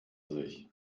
sich